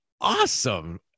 Awesome